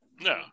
No